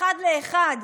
אחד לאחד,